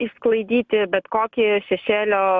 išsklaidyti bet kokį šešėlio